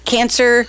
Cancer